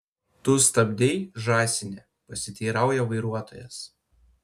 tu stabdei žąsine pasiteirauja vairuotojas